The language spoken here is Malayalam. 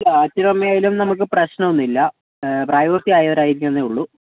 അച്ഛനും അമ്മയും ആയാലും നമുക്ക് പ്രശ്നമൊന്നും ഇല്ല പ്രായപൂർത്തി ആയവർ ആയിരിക്കണമെന്നേ ഉള്ളൂ